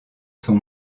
son